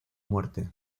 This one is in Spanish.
muerte